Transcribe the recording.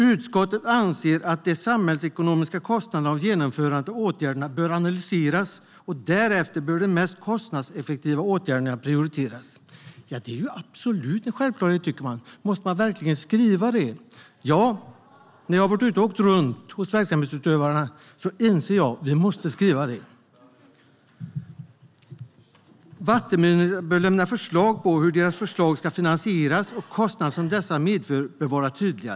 Utskottet anser att de samhällsekonomiska kostnaderna av genomförandet av åtgärderna bör analyseras, och därefter bör de mest kostnadseffektiva åtgärderna prioriteras. Det är absolut en självklarhet. Måste man verkligen skriva det? Ja, när jag har åkt runt till verksamhetsutövarna har jag insett att vi måste skriva det. Vattenmyndigheterna bör lämna förslag på hur deras förslag ska finansieras, och kostnaderna som dessa medför bör vara tydliga.